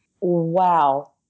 Wow